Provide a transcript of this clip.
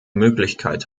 möglichkeit